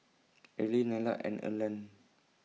Areli Nella and Erland